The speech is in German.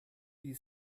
die